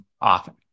often